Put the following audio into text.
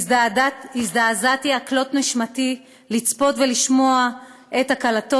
הזדעזעתי עד כלות נשמתי לצפות ולשמוע את הקלטות